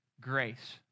grace